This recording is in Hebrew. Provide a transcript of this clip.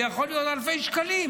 זה יכול להיות אלפי שקלים.